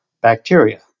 bacteria